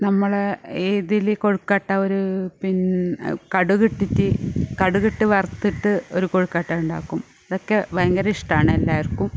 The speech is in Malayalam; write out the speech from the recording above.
നമ്മൾ ഇതിൽ കൊഴുക്കട്ട ഒരു പിന്നെ കടുകിട്ടിട്ട് കടുകിട്ട് വറുത്തിട്ട് ഒരു കൊഴുക്കട്ടയുണ്ടാക്കും ഇതെക്കെ ഭയങ്കര ഇഷ്ടമാണ് എല്ലാവർക്കും